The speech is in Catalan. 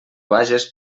vages